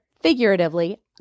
figuratively